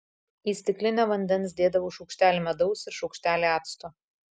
į stiklinę vandens dėdavau šaukštelį medaus ir šaukštelį acto